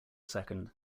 second